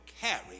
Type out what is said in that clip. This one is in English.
carry